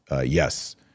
Yes